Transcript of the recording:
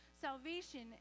salvation